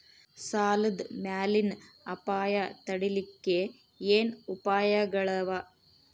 ಸಾಲದ್ ಮ್ಯಾಲಿನ್ ಅಪಾಯ ತಡಿಲಿಕ್ಕೆ ಏನ್ ಉಪಾಯ್ಗಳವ?